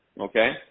okay